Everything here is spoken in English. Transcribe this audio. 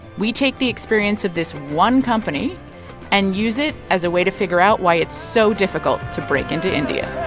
we take the experience of this one company and use it as a way to figure out why it's so difficult to break into india